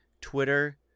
Twitter